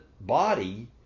body